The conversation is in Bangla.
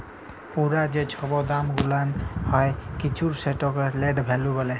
পুরা যে ছব দাম গুলাল হ্যয় কিছুর সেটকে লেট ভ্যালু ব্যলে